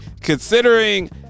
considering